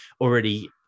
already